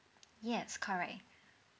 yes correct